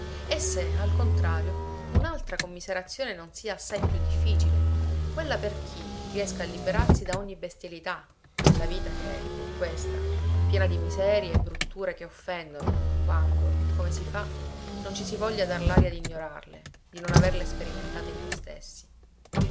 e se al contrario un'altra commiserazione non sia assai più difficile quella per chi riesca a liberarsi da ogni bestialità nella vita che è pur questa piena di miserie e brutture che offendono quando come si fa non ci si voglia dar l'aria d'ignorarle di non averle sperimentate in noi stessi